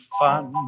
fun